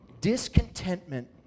Discontentment